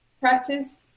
practice